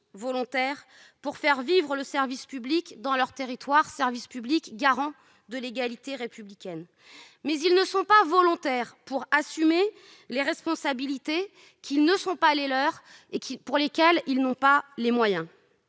volontaires pour faire vivre le service public dans leur territoire, service public garant de l'égalité républicaine. Mais ils ne sont pas volontaires pour assumer les responsabilités qui ne sont pas les leurs et pour lesquelles ils ne disposent pas de moyens.